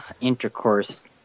intercourse